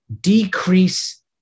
decrease